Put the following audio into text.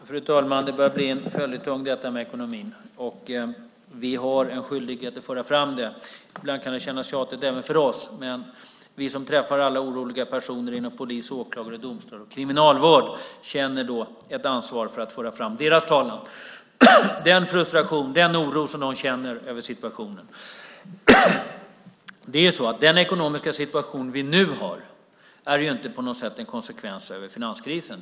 Fru talman! Det börjar bli en följetong detta med ekonomin. Vi har skyldighet att föra fram detta. Ibland kan det kännas tjatigt även för oss. Vi som träffar oroliga personer inom polis, åklagare, domstolar och kriminalvård känner ett ansvar för att föra deras talan när det gäller den frustration och oro de känner över situationen. Den ekonomiska situation vi nu har är ju inte på något sätt en konsekvens av finanskrisen.